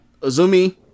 Azumi